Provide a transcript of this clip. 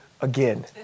again